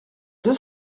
deux